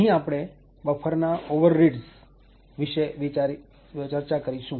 અહીં આપણે બફરના ઓવરરીડ્સ વિષે ચર્ચા કરીશું